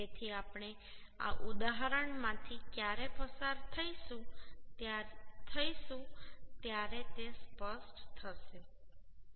તેથી આપણે આ ઉદાહરણમાંથી ક્યારે પસાર થઈશું ત્યારે તે સ્પષ્ટ થશે કે